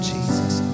Jesus